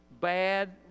bad